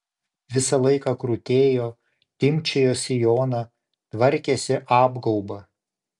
visą laiką krutėjo timpčiojo sijoną tvarkėsi apgaubą